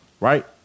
right